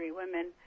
women